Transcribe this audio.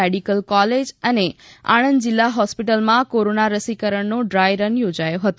medical college અને આણંદ જિલ્લા હોસ્પિટલમાં કોરોના રસીકરણનો ડ્રાય રન યોજાયો હતો